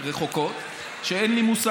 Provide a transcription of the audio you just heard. זה קורה לי לעיתים רחוקות שאין לי מושג.